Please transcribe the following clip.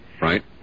Right